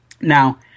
Now